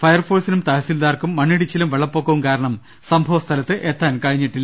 fire ഫോഴ്സിനും തഹസിൽദാർക്കും മണ്ണിടിച്ചിലും വെള്ളപ്പൊക്കവും കാരണം സംഭവസ്ഥലത്ത് എത്താൻ കഴി ഞ്ഞിട്ടില്ല